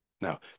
Now